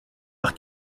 par